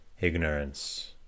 ignorance